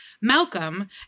malcolm